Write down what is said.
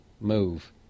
Move